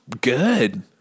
good